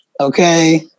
Okay